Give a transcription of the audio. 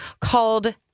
called